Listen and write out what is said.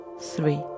three